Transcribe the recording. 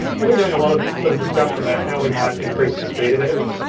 really doing a lot of sort of discussion about how we might increase the speed of editing.